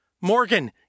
Morgan